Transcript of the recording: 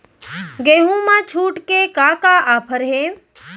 गेहूँ मा छूट के का का ऑफ़र हे?